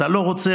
אתה לא רוצה,